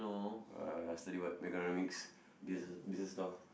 uh study what macroeconomics business business law